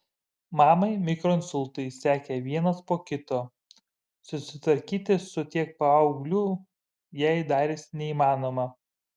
mamai mikroinsultai sekė vienas po kito susitvarkyti su tiek paauglių jai darėsi neįmanoma